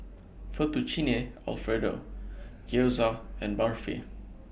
Fettuccine Alfredo Gyoza and Barfi